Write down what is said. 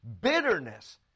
bitterness